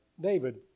David